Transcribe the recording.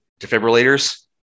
defibrillators